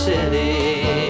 City